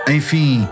Enfim